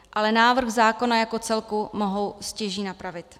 Ale návrh zákona jako celku mohou stěží napravit.